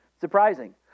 Surprising